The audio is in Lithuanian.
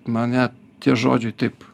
mane tie žodžiai taip